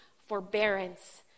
forbearance